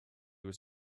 was